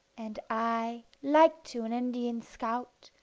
and i, like to an indian scout,